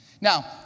Now